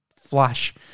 flash